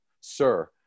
sir